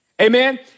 Amen